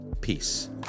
peace